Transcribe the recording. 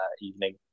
evening